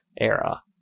era